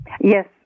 Yes